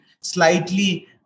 slightly